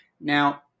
Now